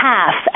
Half